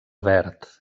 verd